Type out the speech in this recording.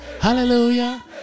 hallelujah